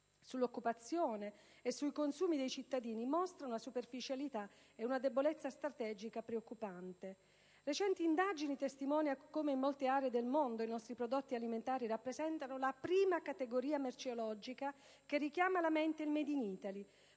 sull'occupazione e sui consumi dei cittadini, dimostra una superficialità e una debolezza strategica preoccupanti. Recenti indagini testimoniano come in molte aree del mondo i nostri prodotti alimentari rappresentino la prima categoria merceologica che richiama alla mente il *made in Italy*;